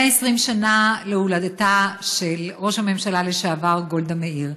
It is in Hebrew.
120 שנה להולדתה של ראש הממשלה לשעבר גולדה מאיר.